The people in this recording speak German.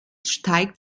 steigt